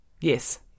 Yes